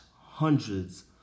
hundreds